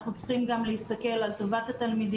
אנחנו גם צריכים להסתכל על טובת התלמידים,